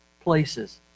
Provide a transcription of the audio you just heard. places